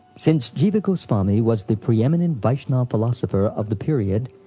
since jiva goswami was the preeminent vaishnava philosopher of the period,